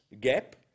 gap